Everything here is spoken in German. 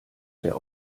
der